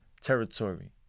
territory